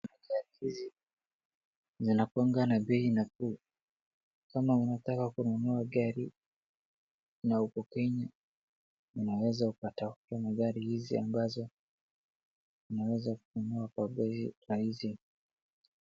Gari hizi zinakuanga na bei nafuu. Kama unataka kununua gari na uko Kenya, unaweza ukatafuta magari hizi ambazo unaweza ukanunua na bei rahisi.